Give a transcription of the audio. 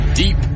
Deep